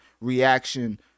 reaction